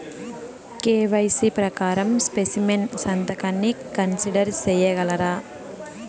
KYC ప్రకారం specimen సంతకాన్ని consider సేయగలరా?